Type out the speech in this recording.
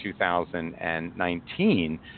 2019